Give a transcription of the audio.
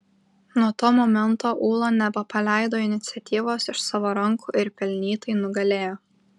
nuo to momento ūla nebepaleido iniciatyvos iš savo rankų ir pelnytai nugalėjo